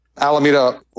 Alameda